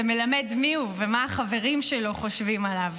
זה מלמד מיהו ומה החברים שלו חושבים עליו.